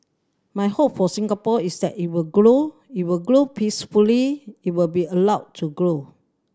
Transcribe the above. my hope for Singapore is that it will grow it will grow peacefully it will be allowed to grow